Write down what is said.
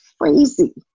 crazy